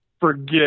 forget